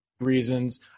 reasons